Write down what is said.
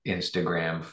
Instagram